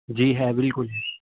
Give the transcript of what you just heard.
جی ہے بالکل